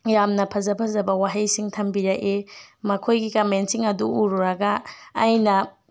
ꯌꯥꯝꯅ ꯐꯖ ꯐꯖꯕ ꯋꯥꯍꯩꯁꯤꯡ ꯊꯝꯕꯤꯔꯛꯏ ꯃꯈꯣꯏꯒꯤ ꯀꯝꯃꯦꯟꯁꯤꯡ ꯑꯗꯨ ꯎꯔꯨꯔꯒ ꯑꯩꯅ